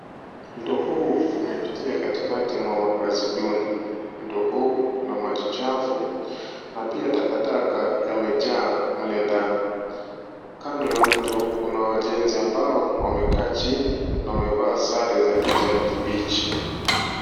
Mto huu umepitia katikati ya makaazi duni mto huu una maji chafu na pia takataka yamejaa mle ndani kando ya mto kuna wajenzi ambao wamekaa chini na wamevaa sare za kijani kibichi.